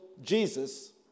Jesus